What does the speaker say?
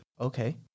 Okay